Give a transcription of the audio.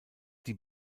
die